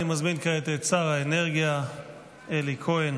אני מזמין כעת את שר האנרגיה אלי כהן